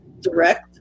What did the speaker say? direct